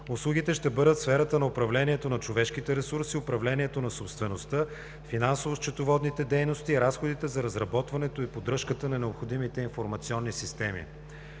Услугите ще бъдат в сферата на управлението на човешките ресурси, управлението на собствеността, финансово-счетоводните дейности и разходите за разработването и поддръжката на необходимите информационни системи.